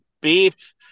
beef